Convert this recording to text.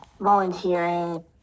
volunteering